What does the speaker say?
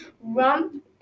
rump